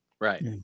Right